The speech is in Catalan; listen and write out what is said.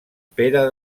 pere